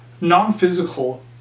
non-physical